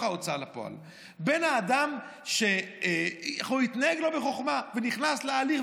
ההוצאה לפועל בין האדם שהתנהג לא בחוכמה ונכנס להליך,